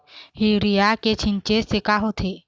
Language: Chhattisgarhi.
यूरिया के छींचे से का होथे?